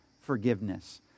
forgiveness